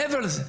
מעבר לזה,